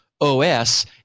OS